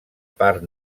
part